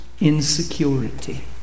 insecurity